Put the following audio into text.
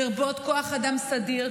לרבות כוח אדם סדיר,